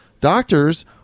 doctors